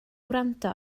wrando